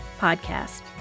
podcast